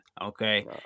okay